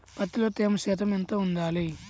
పత్తిలో తేమ శాతం ఎంత ఉండాలి?